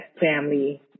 family